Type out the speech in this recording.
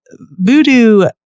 Voodoo